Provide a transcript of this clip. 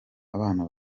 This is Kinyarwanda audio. abana